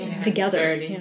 together